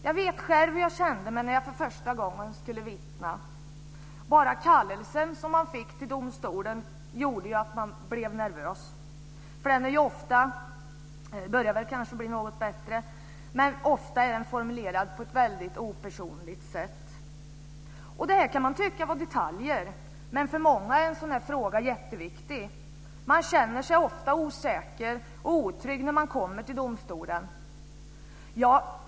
Jag vet själv hur jag kände det när jag för första gången skulle vittna. Bara kallelsen till domstolen som man fick gjorde att man blev nervös. Det börjar kanske bli något bättre nu, men den är ofta formulerad på ett opersonligt sätt. Man kan tycka att detta är detaljer, men för många är en sådan här fråga jätteviktig. Man känner sig ofta osäker och otrygg när man kommer till domstolen.